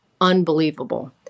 unbelievable